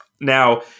Now